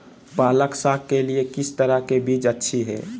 पालक साग के लिए किस तरह के बीज अच्छी है?